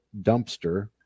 dumpster